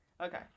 Okay